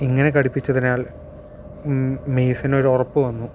ഇങ്ങനെ ഘടിപ്പിച്ചതിനാൽ മെയ്സിന് ഒരു ഉറപ്പ് വന്നു